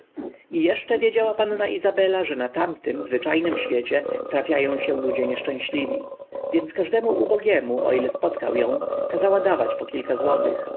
i jeszcze wiedziała panna izabela że na tamtym zwyczajnym świecie trafiają się ludzie nieszczęśliwi więc każdemu ubogiemu o ile spotkał ją kazała dawać po kilka złotych